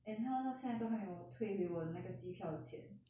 and 他们到现在都还没有退回我的那个机票的钱